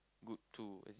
good too